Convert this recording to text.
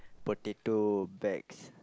potato bags